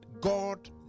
God